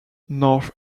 north